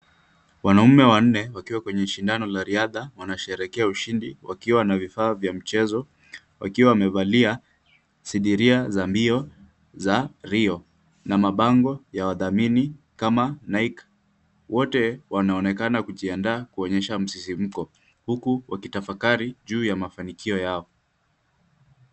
Wanaume wanne wakiwa kwenye shindano la riadha, wanasherehekea ushindi wakiwa na vifaa vya mchezo wakiwa wamevalia sidiria za mbio za rio na mabango ya wadhamini kama Nike. Wote wanaonekana kujiandaa kuonyesha msisimko huku wakitafakari juu ya mafanikio yao.